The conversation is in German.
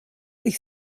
ich